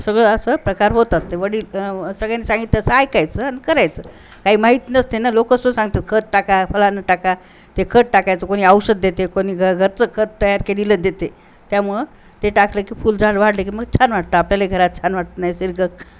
सगळं असं प्रकार होत असते वडील सगळ्यांनी सांगितंं ऐकायचं आणि करायचं काही माहीत नसते ना लोकं असं सांगतात खत टाका फलानं टाका ते खत टाकायचं कोणी औषध देते कोणी घ घरचं खत तयार केलेलं देते त्यामुळं ते टाकलं की फुल झाड वाढलं की मग छान वाटतं आपल्याला घरात छान वाटत नैसर्गिक